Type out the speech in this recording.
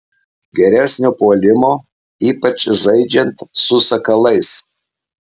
geresnio puolimo ypač žaidžiant su sakalais